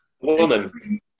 Woman